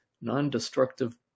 non-destructive